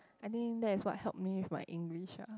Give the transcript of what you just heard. I think that is what helped me with my English ah